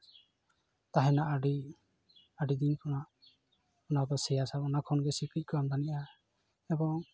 ᱛᱟᱦᱮᱱᱟ ᱟᱹᱰᱤ ᱫᱤᱱ ᱠᱷᱚᱱᱟᱜ ᱚᱱᱟ ᱠᱚ ᱥᱮᱭᱟ ᱥᱮ ᱚᱱᱟ ᱠᱷᱚᱱᱜᱮ ᱥᱤᱠᱲᱤᱡ ᱠᱚ ᱟᱢᱫᱟᱱᱤᱜᱼᱟ ᱮᱵᱚᱝ